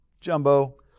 Jumbo